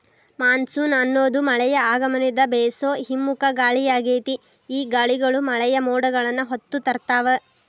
monsoon ಅನ್ನೋದು ಮಳೆಯ ಆಗಮನದ ಬೇಸೋ ಹಿಮ್ಮುಖ ಗಾಳಿಯಾಗೇತಿ, ಈ ಗಾಳಿಗಳು ಮಳೆಯ ಮೋಡಗಳನ್ನ ಹೊತ್ತು ತರ್ತಾವ